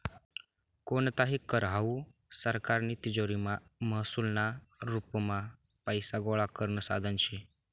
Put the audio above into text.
कोणताही कर हावू सरकारनी तिजोरीमा महसूलना रुपमा पैसा गोळा करानं साधन शे